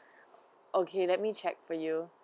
okay let me check for you